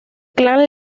clan